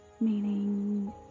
meaning